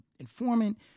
informant